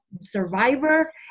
survivor